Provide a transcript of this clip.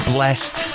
Blessed